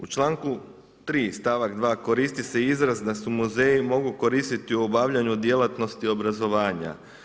U članku 3. stavak 2. koristi se izraz da se muzeji mogu koristiti u obavljanju djelatnosti obrazovanja.